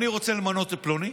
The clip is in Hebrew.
אני רוצה למנות את פלוני,